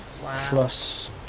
plus